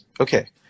okay